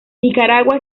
nicaragua